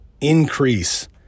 increase